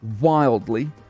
wildly